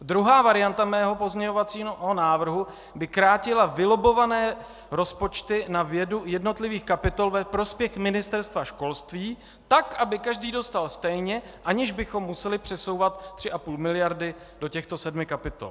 Druhá varianta mého pozměňovacího návrhu by krátila vylobbované rozpočty na vědu jednotlivých kapitol ve prospěch Ministerstva školství, tak aby každý dostal stejně, aniž bychom museli přesouvat 3,5 miliardy do těchto sedmi kapitol.